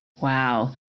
Wow